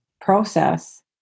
process